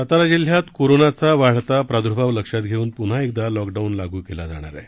सातारा जिल्ह्यात कोरोनाचा वाढता प्राद्र्भाव लक्षात घेऊन प़न्हा एकदा लॉकडाऊन लागू केला जाणार आहे